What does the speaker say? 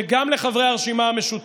וגם לחברי הרשימה המשותפת,